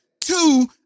Two